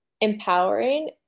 empowering